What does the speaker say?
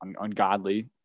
ungodly